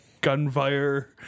gunfire